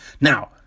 Now